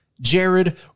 Jared